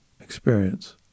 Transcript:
experience